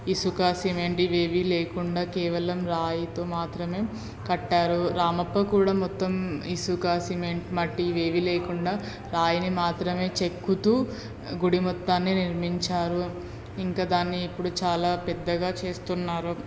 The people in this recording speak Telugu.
ఇసుక సిమెంట్ ఇవేవీ లేకుండా కేవలం రాయితో మాత్రమే కట్టారు రామప్ప కూడా మొత్తం ఇసుక సిమెంట్ మట్టి ఇవేవీ లేకుండా రాయిని మాత్రమే చెక్కుతూ గుడి మొత్తాన్ని నిర్మించారు ఇంక దాన్ని ఇప్పుడు చాలా పెద్దగా చేస్తున్నారు